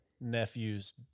nephews